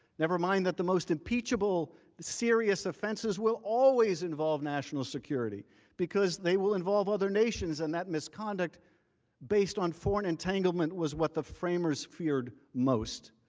nevermind that the most impeachable and serious offenses will always involve national security because they will involve other nations and that misconduct based on ford integument was what the framers feared most.